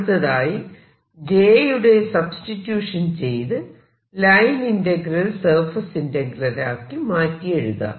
അടുത്തതായി j യുടെ substitution ചെയ്ത് ലൈൻ ഇന്റഗ്രൽ സർഫേസ് ഇന്റെഗ്രേലാക്കി മാറ്റി എഴുതാം